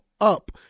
up